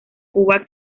cuba